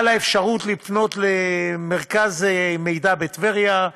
על האפשרות לפנות למרכז מידע בטבריה,